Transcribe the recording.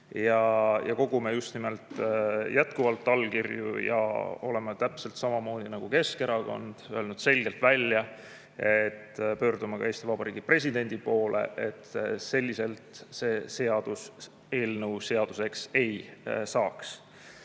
ja kogume jätkuvalt [automaksu vastu] allkirju. Oleme samamoodi nagu Keskerakond öelnud selgelt välja, et pöördume ka Eesti Vabariigi presidendi poole, et selliselt see seaduseelnõu seaduseks ei saaks.